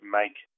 make